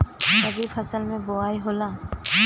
रबी फसल मे बोआई होला?